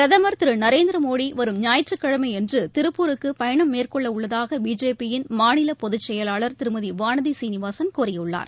பிரதமர் திரு நரேந்திர மோடி வரும் ஞாயிற்றுக்கிழமை அன்று திருப்பூருக்கு பயணம் மேற்கொள்ளவுள்ளதாக பிஜேபியின் மாநில பொதுச் செயலாளர் திருமதி வானதி சீனிவாசன் கூறியுள்ளார்